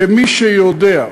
כמי שיודע,